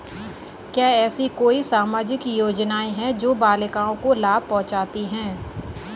क्या ऐसी कोई सामाजिक योजनाएँ हैं जो बालिकाओं को लाभ पहुँचाती हैं?